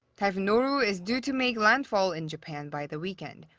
typhoon noru is due to make landfall in japan by the weekend.